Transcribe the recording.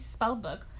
spellbook